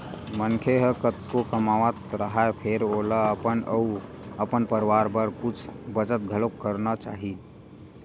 मनखे ह कतको कमावत राहय फेर ओला अपन अउ अपन परवार बर कुछ बचत घलोक करना चाही